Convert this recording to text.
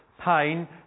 pain